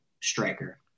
striker